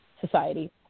society